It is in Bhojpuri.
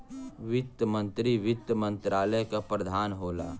वित्त मंत्री वित्त मंत्रालय क प्रधान होला